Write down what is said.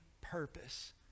purpose